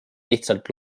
lihtsalt